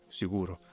sicuro